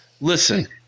listen